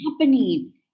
happening